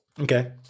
Okay